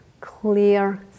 clear